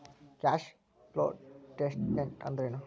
Cash flow statement ಅಂದ್ರೇನು?